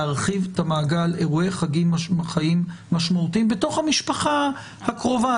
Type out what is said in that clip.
להרחיב את מעגל אירועי חיים משמעותיים בתוך המשפחה הקרובה,